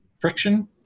friction